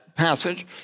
passage